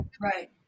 right